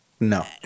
No